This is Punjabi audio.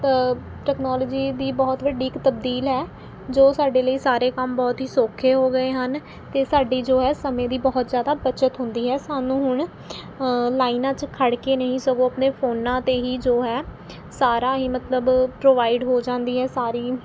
ਟੈਕਨੋਲੋਜੀ ਦੀ ਬਹੁਤ ਵੱਡੀ ਇੱਕ ਤਬਦੀਲ ਹੈ ਜੋ ਸਾਡੇ ਲਈ ਸਾਰੇ ਕੰਮ ਬਹੁਤ ਹੀ ਸੌਖੇ ਹੋ ਗਏ ਹਨ ਅਤੇ ਸਾਡੀ ਜੋ ਹੈ ਸਮੇਂ ਦੀ ਬਹੁਤ ਜ਼ਿਆਦਾ ਬੱਚਤ ਹੁੰਦੀ ਹੈ ਸਾਨੂੰ ਹੁਣ ਲਾਈਨਾਂ 'ਚ ਖੜ੍ਹ ਕੇ ਨਹੀਂ ਸਗੋਂ ਆਪਣੇ ਫੋਨਾਂ 'ਤੇ ਹੀ ਜੋ ਹੈ ਸਾਰਾ ਹੀ ਮਤਲਬ ਪ੍ਰੋਵਾਈਡ ਹੋ ਜਾਂਦੀ ਹੈ ਸਾਰੀ